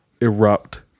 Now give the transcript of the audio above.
erupt